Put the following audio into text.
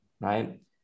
right